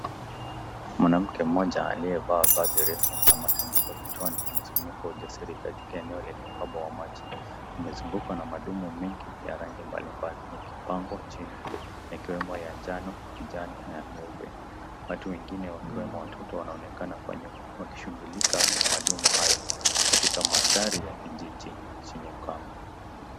Mwanamke mmoja aliyevaa vazi marefu na matandiko kichwani, amesimama kwa ujasiri katika eneo lenye uhaba wa maji. Amezungukuwa na madumu mingi ya rangi mbalimbali yakipangwa chini yakiwemo ya njano, kijani na meupe. Watu wengine wakiwemo watoto wanaonekana kwa nyuma, wakishugulika na madumu hayo, katika mandhari ya kijiji chenye ukame.